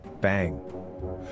Bang